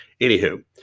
anywho